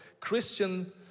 Christian